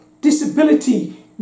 disability